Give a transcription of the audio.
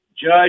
judge